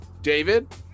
David